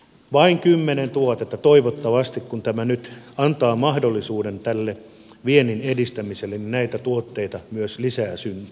vain kymmenen tuotetta toivottavasti kun tämä nyt antaa mahdollisuuden viennin edistämiselle näitä tuotteita myös lisää syntyy